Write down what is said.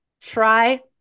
Try